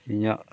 ᱤᱧᱟᱹᱜ